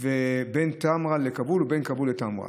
בין טמרה לכבול ובין כבול לטמרה.